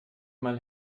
mal